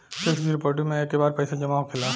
fix deposit मे एके बार पैसा जामा होखेला